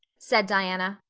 said diana,